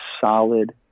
solid